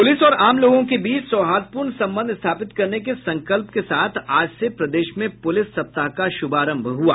police और आम लोगों के बीच सौहार्दपूर्ण संबंध स्थापित करने के संकल्प के साथ आज से प्रदेश में पुलिस सप्ताह का शुभारंभ हुआ